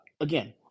again